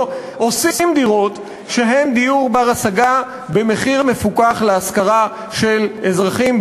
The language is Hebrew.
לא עושים דירות שהן דיור בר-השגה במחיר מפוקח להשכרה של אזרחים,